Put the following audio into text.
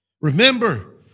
Remember